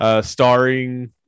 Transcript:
Starring